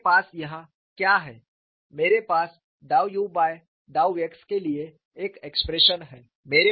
मेरे पास यहां क्या है मेरे पास u बाय x के लिए एक एक्सप्रेशन है